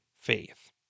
faith